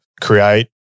create